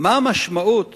מה המשמעות